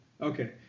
Okay